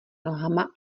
nohama